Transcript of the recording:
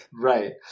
Right